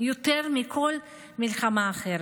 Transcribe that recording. יותר מכל מלחמה אחרת.